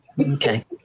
Okay